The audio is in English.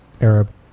Arab